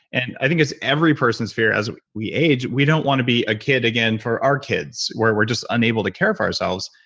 and i think it's every person's fear as we age we don't want to be a kid again for our kids where we're just unable to care for ourselves.